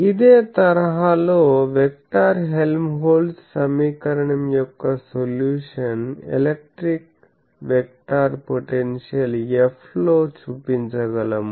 ఇదే తరహా లో వెక్టర్ హెల్మ్హోల్ట్జ్ సమీకరణం యొక్క solution electric vector potential F లో చూపించగలము